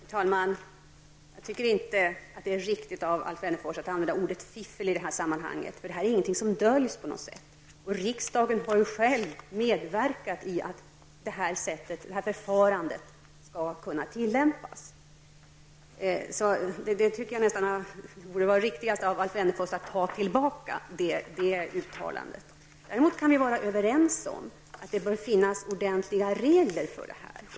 Herr talman! Jag tycker inte att det är riktigt av Alf Wennerfors att använda ordet fiffel i detta sammanhang. Det är inget som döljs. Riksdagen har själv medverkat till att detta förfarande skall kunna tillämpas. Det borde vara riktigast av Alf Wennerfors att ta tillbaka det uttalandet. Däremot kan vi vara överens om att det bör finnas ordentliga regler för detta.